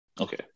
Okay